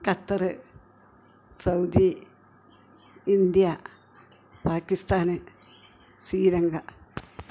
Qatar Saudi India Pakistan Sri Lanka